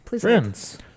Friends